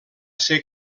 ser